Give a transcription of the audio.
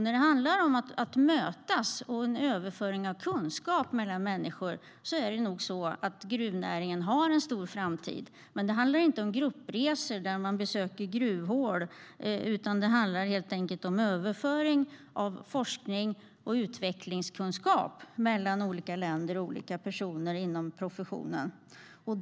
När det handlar om att mötas för överföring av kunskap mellan människor är det nog så att gruvnäringen har en stor framtid. Det handlar dock inte om gruppresor där man besöker gruvhål, utan det handlar helt enkelt om överföring av forskning och utvecklingskunskap mellan olika länder och olika personer inom professionen.